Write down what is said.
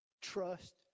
trust